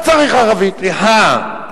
הרע פשוט משתלט עלינו.